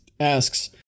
asks